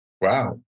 Wow